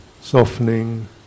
softening